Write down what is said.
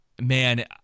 Man